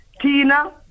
Tina